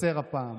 נקצר הפעם.